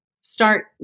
Start